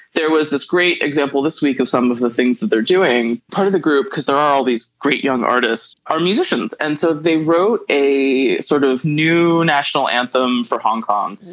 there was this great example this week of some of the things that they're doing part of the group because there are all these great young artists are musicians and so they wrote a sort of new national anthem for hong kong.